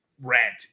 rant